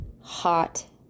hot